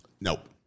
Nope